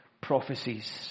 prophecies